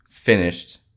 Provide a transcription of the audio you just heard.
Finished